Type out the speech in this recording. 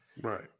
Right